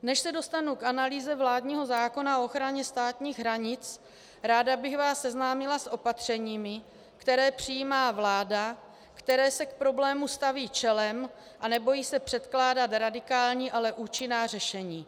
Než se dostanu k analýze vládního zákona o ochraně státních hranic, ráda bych vás seznámila s opatřeními, která přijímá vláda, která se k problému staví čelem a nebojí se předkládat radikální, ale účinná řešení.